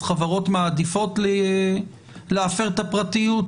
אז חברות מעדיפות להפר את הפרטיות,